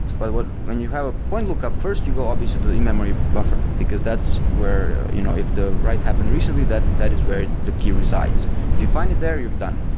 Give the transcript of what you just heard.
but when you have a point lookup, first you go obviously to the in-memory buffer, because that's where you know if the write happened recently, that that is where the key resides. if you find it there, you're done.